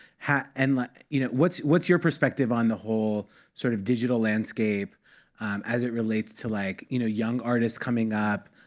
and like you know what's what's your perspective on the whole sort of digital landscape as it relates to like you know young artists coming up?